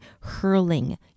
hurling